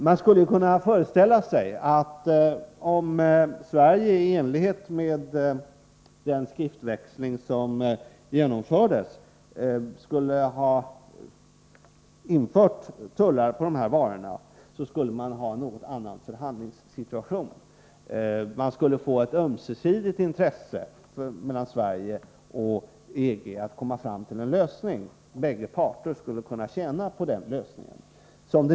Man kan föreställa sig att vi skulle haft en något annan förhandlingssituation om Sverige, i enlighet med den tidigare nämnda skriftväxlingen, hade infört tullar på de här aktuella varorna. Det skulle då vara ett ömsesidigt intresse för Sverige och EG att komma fram till en lösning. Båda parter skulle kunna tjäna på den lösningen.